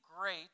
great